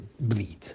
bleed